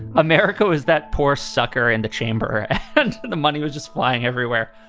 america is that poor sucker in the chamber that the money was just flying everywhere